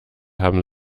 haben